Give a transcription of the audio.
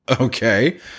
okay